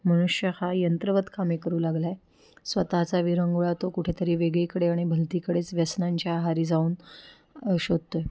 मनुष्य हा यंत्रवत कामे करू लागला आहे स्वतःचा विरंगुळा तो कुठेतरी वेगळीकडे आणि भलतीकडेच व्यसनांच्या आहारी जाऊन शोधतो आहे